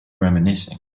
reminiscing